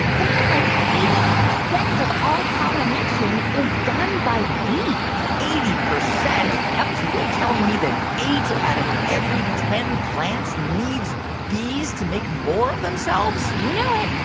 something like eighty percent of all pollination is done by bees eighty percent? yep so you're telling me that eight out of every ten plants needs bees to make more of themselves? you know it.